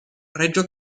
reggio